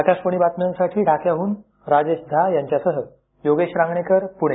आकाशवाणी बातम्यांसाठी ढाक्याहून राजेश झा यांच्यासह योगेश रांगणेकर पुणे